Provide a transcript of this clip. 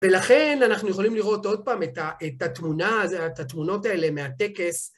ולכן, אנחנו יכולים לראות עוד פעם את ה-את התמונה-זה, את התמונות האלה מהטקס,